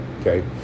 okay